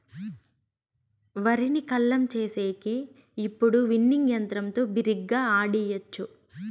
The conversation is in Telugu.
వరిని కల్లం చేసేకి ఇప్పుడు విన్నింగ్ యంత్రంతో బిరిగ్గా ఆడియచ్చు